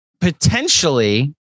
Potentially